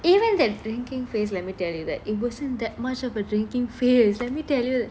even that drinking phase let me tell you that it wasn't that much of a drinking phase let me tell you